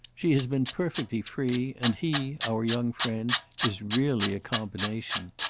she has been perfectly free and he our young friend is really a combination.